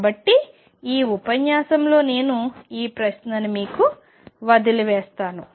కాబట్టి ఈ ఉపన్యాసంలో నేను ఆ ప్రశ్నను మీకు వదిలేస్తాను